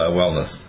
wellness